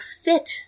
fit